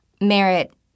merit